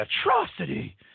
atrocity